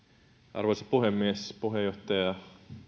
arvoisa puhemies puheenjohtaja